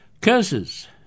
Curses